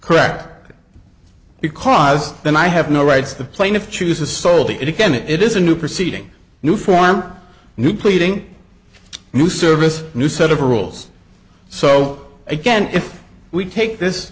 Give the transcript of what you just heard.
correct because then i have no rights the plaintiff chooses sold it again it is a new proceeding new form new pleading new service new set of rules so again if we take this